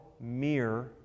mere